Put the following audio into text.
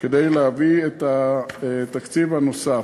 כדי להביא את התקציב הנוסף.